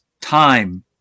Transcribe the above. time